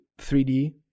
3d